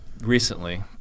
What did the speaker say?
recently